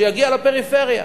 שיגיע לפריפריה.